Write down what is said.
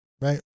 right